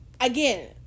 again